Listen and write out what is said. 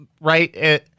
Right